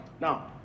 Now